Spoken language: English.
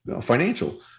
Financial